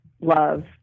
love